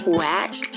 Whack